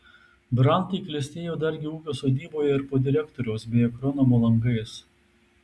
brantai klestėjo dargi ūkio sodyboje ir po direktoriaus bei agronomo langais